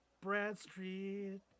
Bradstreet